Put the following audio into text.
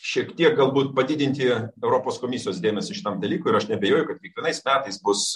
šiek tiek galbūt padidinti europos komisijos dėmesį šitam dalykui ir aš neabejoju kad kiekvienais metais bus